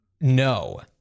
No